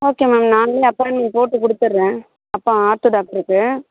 okay ma'am நாங்களே appointment போட்டு கொடுத்தறேன் அப்போ ஆர்த்தோ டாக்டருக்கு